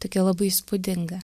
tokia labai įspūdinga